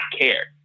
care